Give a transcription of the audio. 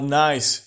nice